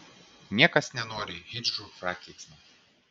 niekas nenori hidžrų prakeiksmo